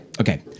okay